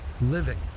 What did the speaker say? living